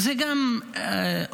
זה גם אומר,